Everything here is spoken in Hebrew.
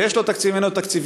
ויש לו תקציבים ואין לו תקציבים.